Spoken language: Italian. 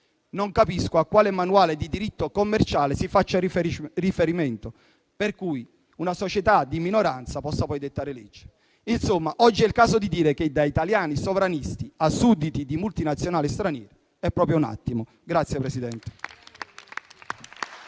Non capisco a quale manuale di diritto commerciale si faccia riferimento, per cui una società di minoranza possa poi dettare legge. Insomma, oggi è il caso di dire che da italiani sovranisti a sudditi di multinazionali straniere è proprio un attimo.